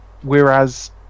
Whereas